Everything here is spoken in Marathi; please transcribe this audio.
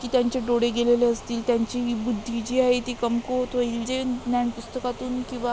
की त्यांचे डोळे गेलेले असतील त्यांची बुद्धी जी आहे ती कमकुवत होईल जे ज्ञान पुस्तकातून किंवा